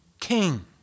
king